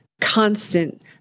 constant